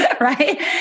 right